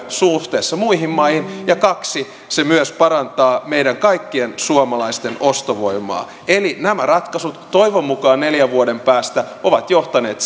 suhteessa muihin maihin ja kaksi se myös parantaa meidän kaikkien suomalaisten ostovoimaa eli nämä ratkaisut toivon mukaan neljän vuoden päästä ovat johtaneet